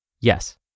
Yes